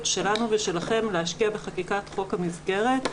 שלנו ושלכם להשקיע בחקיקת חוק המסגרת,